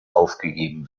aufgegeben